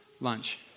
lunch